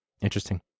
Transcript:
Interesting